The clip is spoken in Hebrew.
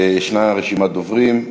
ישנה רשימת דוברים.